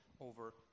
over